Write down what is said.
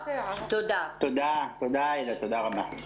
תודה רבה.